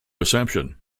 reception